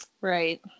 Right